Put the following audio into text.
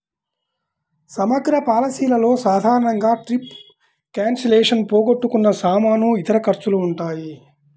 సమగ్ర పాలసీలలో సాధారణంగా ట్రిప్ క్యాన్సిలేషన్, పోగొట్టుకున్న సామాను, ఇతర ఖర్చులు ఉంటాయి